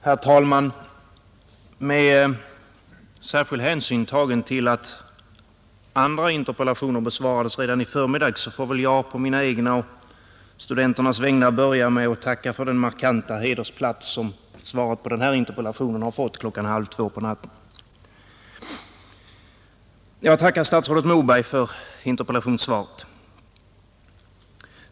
Herr talman! Med särskild hänsyn tagen till att andra interpellationer har besvarats redan i förmiddags får jag väl å egna och studenternas vägnar börja med att tacka för den markanta hedersplats som svaret på denna interpellation har fått klockan halv två på natten. Jag tackar statsrådet Moberg för interpellationssvaret.